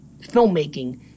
filmmaking